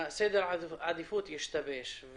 סדר העדיפות ישתבש.